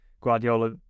Guardiola